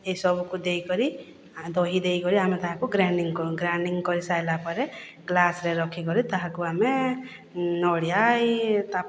ଏହିସବୁକୁ ଦେଇକରି ଦହି ଦେଇକରି ଆମେ ତାହାକୁ ଗ୍ରାଇଣ୍ଡିଙ୍ଗ କରୁ ଗ୍ରାଇଣ୍ଡିଙ୍ଗ କରିସାରିଲା ପରେ ଗ୍ଲାସ୍ରେ ରଖିକରି ତାହାକୁ ଆମେ ନଡ଼ିଆ ଇଏ ତାକ